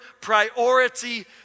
priority